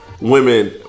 women